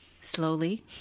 slowly